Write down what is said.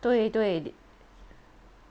对对